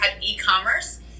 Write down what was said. e-commerce